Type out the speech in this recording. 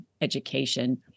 education